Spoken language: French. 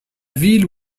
ville